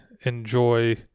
enjoy